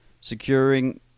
securing